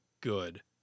good